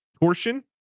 Torsion